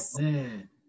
man